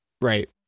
Right